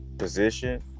position